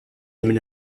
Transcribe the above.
aiment